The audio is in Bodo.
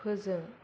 फोजों